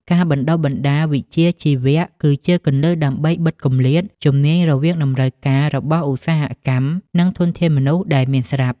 ការបណ្តុះបណ្តាលវិជ្ជាជីវៈគឺជាគន្លឹះដើម្បីបិទគម្លាតជំនាញរវាងតម្រូវការរបស់ឧស្សាហកម្មនិងធនធានមនុស្សដែលមានស្រាប់។